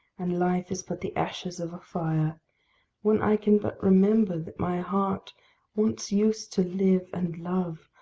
and life is but the ashes of a fire when i can but remember that my heart once used to live and love,